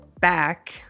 back